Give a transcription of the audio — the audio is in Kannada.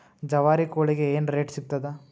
ಜವಾರಿ ಕೋಳಿಗಿ ಏನ್ ರೇಟ್ ಸಿಗ್ತದ?